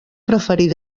preferir